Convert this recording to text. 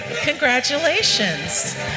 Congratulations